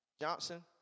Johnson